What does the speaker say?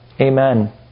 Amen